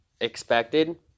expected